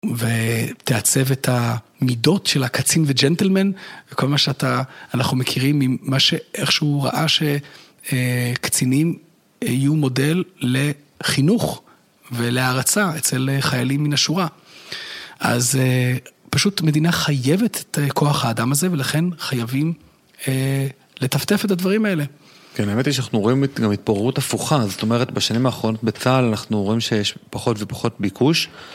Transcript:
ותעצב את המידות של הקצין וג'נטלמן, וכל מה שאתה... אנחנו מכירים, ממה ש... איך שהוא ראה שקצינים יהיו מודל לחינוך ולהערצה אצל חיילים מן השורה. אז פשוט מדינה חייבת את כוח האדם הזה ולכן חייבים לטפטף את הדברים האלה. כן, האמת היא שאנחנו רואים גם התפוררות הפוכה. זאת אומרת בשנים האחרונות בצהל אנחנו רואים שיש פחות ופחות ביקוש.